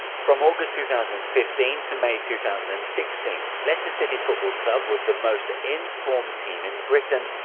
from august two thousand and fifteen to may two thousand and sixteen, leicester city football club was the most in-form team in britain,